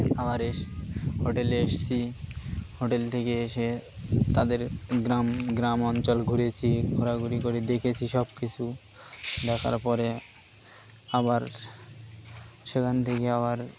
আবার এস হোটেলে এসছি হোটেল থেকে এসে তাদের গ্রাম গ্রাম অঞ্চল ঘুরেছি ঘোরাঘুরি করে দেখেছি সব কিছু দেখার পরে আবার সেখান থেকে আবার